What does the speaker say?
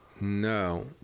No